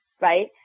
right